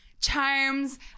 Charms